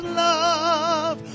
love